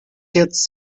jetzt